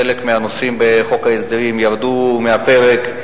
חלק מהנושאים בחוק ההסדרים ירדו מהפרק.